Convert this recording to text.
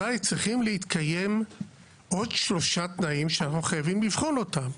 אזי צריכים להתקיים עוד שלושה תנאים שאנחנו חייבים לבחון אותם: